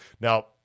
Now